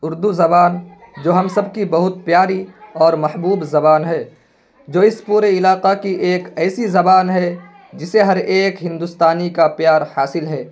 اردو زبان جو ہم سب کی بہت پیاری اور محبوب زبان ہے جو اس پورے علاقہ کی ایک ایسی زبان ہے جسے ہر ایک ہندوستانی کا پیار حاصل ہے